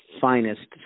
finest